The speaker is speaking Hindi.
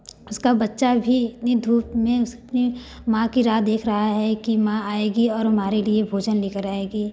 उसका बच्चा भी इतनी धूप में अपने माँ की राह देख रहा है कि माँ आएगी और हमारे लिए भोजन लेकर आएगी